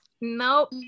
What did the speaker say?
Nope